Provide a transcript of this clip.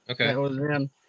Okay